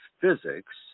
physics